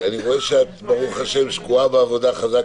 אני רואה שאת ברוך השם שקועה בעבודה חזק,